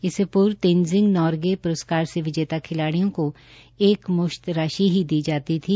इससे पूर्व तेनजिंग नोर्गे पुरस्कार से विजेता खिलाड़ियों को एकमुश्त राशि ही दी जाती थी